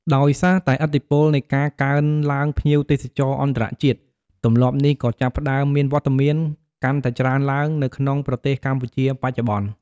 ដោយសារតែឥទ្ធិពលនៃការកើនឡើងភ្ញៀវទេសចរអន្តរជាតិ ទម្លាប់នេះក៏ចាប់ផ្តើមមានវត្តមានកាន់តែច្រើនឡើងនៅក្នុងប្រទេសកម្ពុជាបច្ចុប្បន្ន។